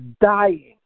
dying